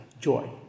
joy